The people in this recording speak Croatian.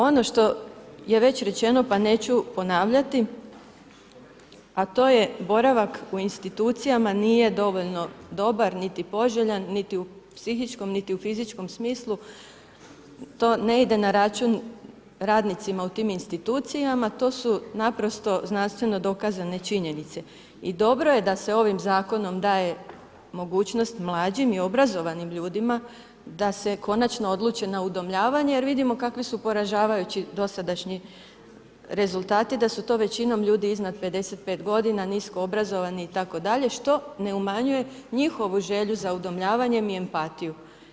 Ono što je već rečeno pa neću ponavljati, a to je boravak u institucijama nije dovoljno dobar, niti poželjan, niti u psihičkom, niti u fizičkom smislu, to ne ide na račun radnicima u tim institucijama, to su naprosto znanstveno dokazane činjenice i dobro je da se ovim zakonom daje mogućnost mlađim i obrazovanim ljudima da se konačno odluče na udomljavanje jer vidimo kakvi su poražavajući dosadašnji rezultati, da su to većinom ljudi iznad 55 godina, nisko obrazovani itd. što ne umanjuje njihovu želju za udomljavanjem i empatiju.